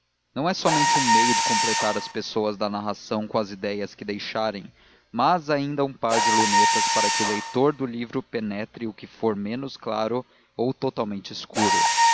não é somente um meio de completar as pessoas da narração com as idéias que deixarem mas ainda um par de lunetas para que o leitor do livro penetre o que for menos claro ou totalmente escuro